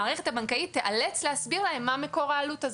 המערכת הבנקאית תיאלץ להסביר להם מה מקור העלות הזו.